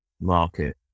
market